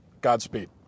Godspeed